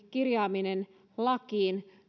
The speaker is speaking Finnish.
kirjaaminen lakiin